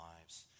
lives